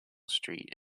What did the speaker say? street